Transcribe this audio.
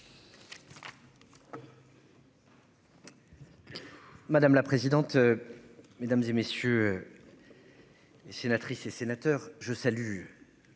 Madame la présidente. Mesdames et messieurs. Et sénatrices et sénateurs je salue.